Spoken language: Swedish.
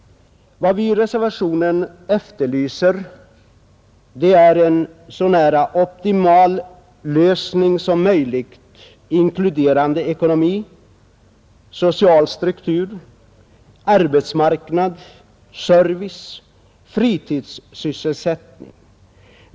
Vad vi i reservationen efterlyser är en såvitt möjligt optimal lösning, inkluderande ekonomi, social struktur, arbets marknad, service och fritidssysselsättning.